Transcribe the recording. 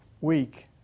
week